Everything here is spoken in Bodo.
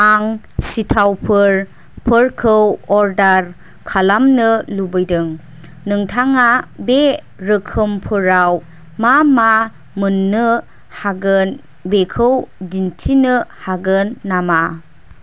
आं सिथावफोरखौ अर्डार खालामनो लुबैदों नोंथाङा बे रोखोमफोराव मा मा मोन्नो हागोन बेखौ दिन्थिनो हागोन नामा